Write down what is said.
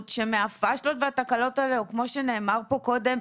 שמהפשלות והתקלות האלה או כמו שנאמר כאן קודם,